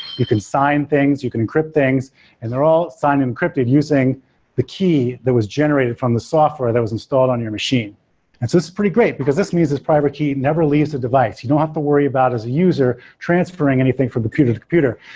you can sign things, you can encrypt things and they're all signed encrypted using the key that was generated from the software that was installed on your machine is pretty great, because this means this private key never leaves the device. you don't have to worry about as a user transferring anything from computer to computer.